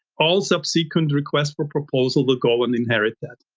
all subsequent requests for proposals will go and inherit that.